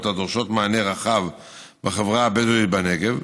הדורשים מענה רחב בחברה הבדואית בנגב,